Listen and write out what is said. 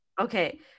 Okay